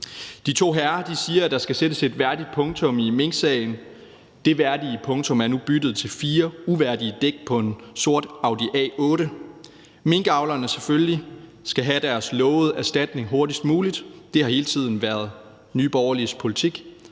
De to herrer siger, at der skal sættes et værdigt punktum i minksagen. Det værdige punktum er nu byttet til fire uværdige dæk på en sort Audi A8. Minkavlerne skal selvfølgelig have deres lovede erstatning hurtigst muligt, det har hele tiden været Nye Borgerliges politik,